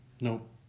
Nope